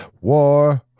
war